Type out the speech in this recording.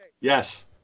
Yes